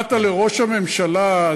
שנתת לראש הממשלה,